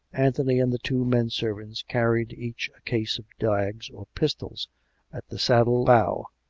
anthony and the two men-servants carried each a case of dags or pistols at the saddle-bow,